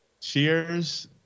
Cheers